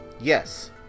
Yes